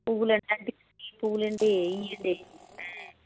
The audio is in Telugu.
పువ్వులట్లాంటివి పువ్వులంట ఇవ్వండి